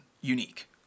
unique